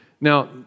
Now